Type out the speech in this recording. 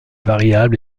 variables